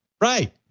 right